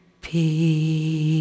peace